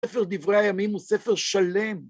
ספר דברי הימים הוא ספר שלם.